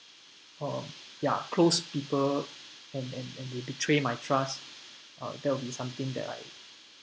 or ya close people and and and they betray my trust uh that would be something that I